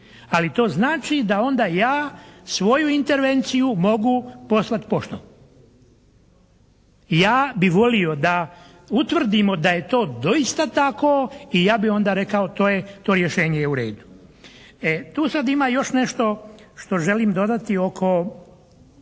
ali to znači da onda ja svoju intervenciju mogu poslati poštom. Ja bih volio da utvrdimo da je to doista tako i ja bih onda rekao to rješenje je u redu. E tu sad ima još nešto što želim dodati oko